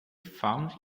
found